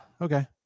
okay